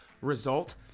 result